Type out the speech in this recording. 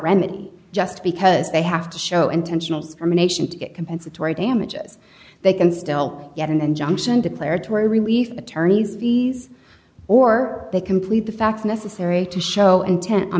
remedy just because they have to show intentional from a nation to get compensatory damages they can still get an injunction declaratory relief attorneys fees or they complete the facts necessary to show intent on